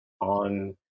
on